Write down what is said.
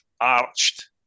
arched